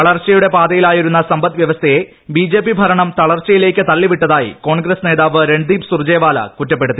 വളർച്ചയുടെ പാതയിലായിരുന്ന സമ്പദ്വ്യവസ്ഥയെ ബിജെപി ഭരണം തളർച്ചയിലേക്ക് തള്ളി വിട്ടതായി കോൺഗ്രസ് നേതാവ് രൺദീപ് സുർജേവാല കുറ്റപ്പെടുത്തി